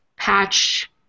patch